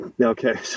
Okay